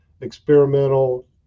experimental